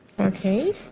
okay